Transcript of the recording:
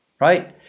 right